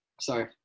Sorry